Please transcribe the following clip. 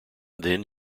then